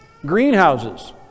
Greenhouses